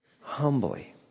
Humbly